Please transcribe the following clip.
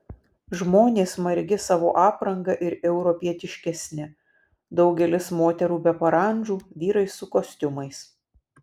žmonės margi savo apranga ir europietiškesni daugelis moterų be parandžų vyrai su kostiumais